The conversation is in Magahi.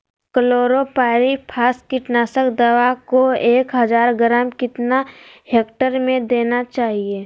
क्लोरोपाइरीफास कीटनाशक दवा को एक हज़ार ग्राम कितना हेक्टेयर में देना चाहिए?